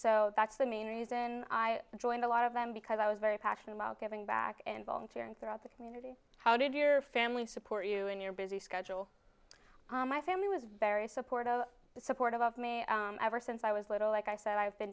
so that's the main reason i joined a lot of them because i was very passionate while giving back and volunteering throughout the community how did your family support you in your busy schedule my family was very supportive and supportive of me ever since i was little like i said i've been